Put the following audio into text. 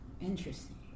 Interesting